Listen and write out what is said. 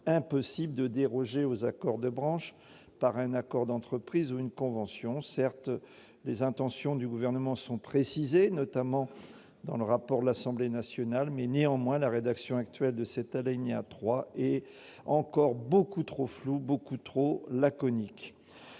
impossible de déroger aux accords de branche par un accord d'entreprise ou par une convention. Certes, les intentions du Gouvernement sont précisées, notamment dans le rapport de l'Assemblée nationale, mais la rédaction actuelle de l'alinéa 3 est encore beaucoup trop floue et laconique.